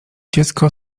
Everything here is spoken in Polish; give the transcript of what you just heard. dziecko